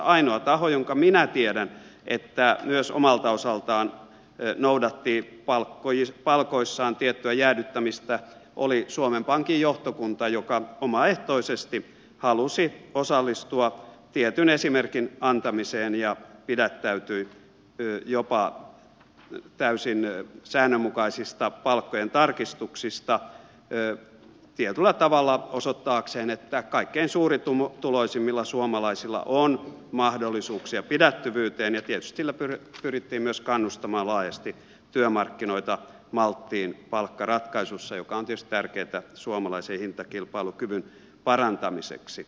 ainoa taho jonka minä tiedän myös omalta osaltaan noudattaneeni palkoissaan tiettyä jäädyttämistä oli suomen pankin johtokunta joka omaehtoisesti halusi osallistua tietyn esimerkin antamiseen ja pidättäytyi jopa täysin säännönmukaisista palkkojen tarkistuksista tietyllä tavalla osoittaakseen että kaikkein suurituloisimmilla suomalaisilla on mahdollisuuksia pidättyvyyteen ja tietysti sillä pyrittiin myös kannustamaan laajasti työmarkkinoita malttiin palkkaratkaisuissa mikä on tietysti tärkeätä suomalaisen hintakilpailukyvyn parantamiseksi